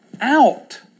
out